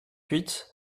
huit